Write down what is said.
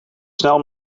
snel